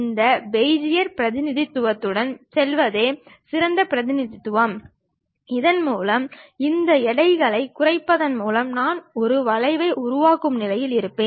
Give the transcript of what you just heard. இந்த பெஜியர் பிரதிநிதித்துவத்துடன் செல்வதே சிறந்த பிரதிநிதித்துவம் இதன் மூலம் இந்த எடைகளைக் குறைப்பதன் மூலம் நாம் ஒரு வளைவை உருவாக்கும் நிலையில் இருப்போம்